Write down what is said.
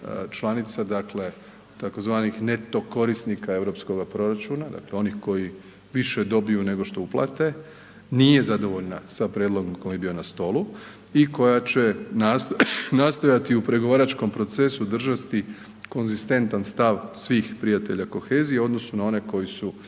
članica, dakle tzv. neto korisnika europskoga proračuna, dakle onih koji više dobiju nego što uplate, nije zadovoljna sa prijedlogom koji je bio na stolu i koja će nastojati u pregovaračkom procesu držati konzistentan stav svih prijatelja kohezije u odnosu na one koji su